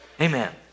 Amen